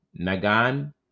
Nagan